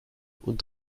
und